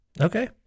Okay